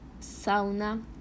sauna